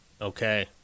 Okay